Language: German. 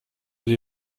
über